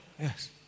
Yes